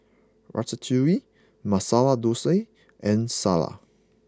Ratatouille Masala Dosa and Salsa